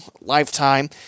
Lifetime